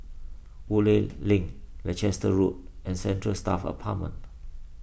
Woodleigh Link Leicester Road and Central Staff Apartment